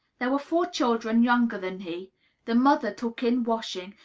there were four children younger than he the mother took in washing,